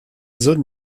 zone